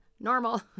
Normal